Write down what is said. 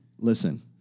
listen